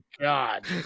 God